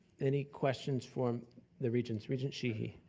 any questions from the regents? regent sheehy?